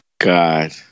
God